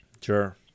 sure